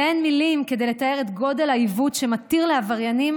ואין מילים לתאר את גודל העיוות שמתיר לעבריינים